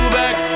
back